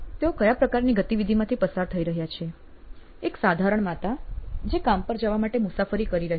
તેઓ કયા પ્રકારની ગતિવિધિમાંથી પસાર થઇ રહ્યા છે એક સાધારણ માતા જે કામ પર જવા માટે મુસાફરી કરી રહી છે